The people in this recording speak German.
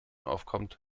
aufkommt